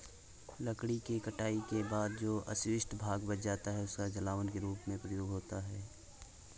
लकड़ी के कटाई के बाद जो अवशिष्ट भाग बच जाता है, उसका जलावन के रूप में प्रयोग होता है